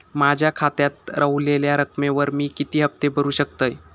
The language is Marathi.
माझ्या खात्यात रव्हलेल्या रकमेवर मी किती हफ्ते भरू शकतय?